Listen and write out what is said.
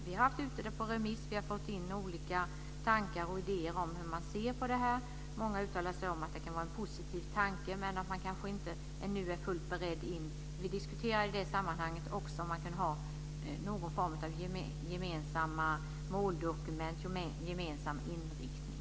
Vi har haft frågan ute på remiss, och vi har fått in olika tankar och idéer om detta. Många har uttalat att det är en positiv tanke men att de ännu inte är beredda. I det sammanhanget diskuterar vi gemensamma måldokument med gemensam inriktning.